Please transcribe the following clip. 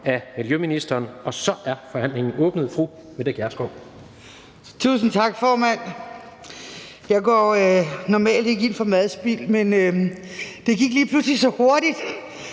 Gjerskov. Kl. 12:36 (Ordfører) Mette Gjerskov (S): Tusind tak, formand. Jeg går normalt ikke ind for madspild, men det gik lige pludselig så hurtigt,